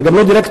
וגם לא דירקטור,